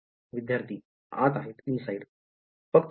विध्यार्थी आत फक्त आत